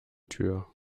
tür